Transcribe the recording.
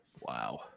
Wow